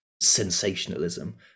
sensationalism